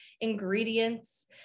ingredients